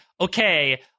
okay